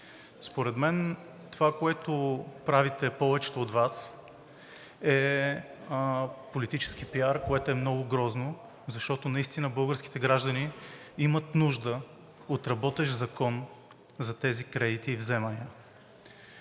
според мен това, което правите повечето от Вас, е политически PR, което е много грозно, защото наистина българските граждани имат нужда от работещ закон за тези кредити и вземания.